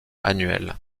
annuelle